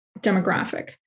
demographic